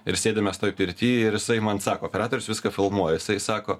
ir sėdim mes toj pirty ir jisai man sako operatorius viską filmuoja jisai sako